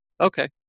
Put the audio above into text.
okay